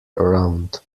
around